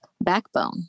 backbone